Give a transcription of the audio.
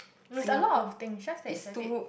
there's a lot of things it's just that it's a bit